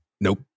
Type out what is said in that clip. Nope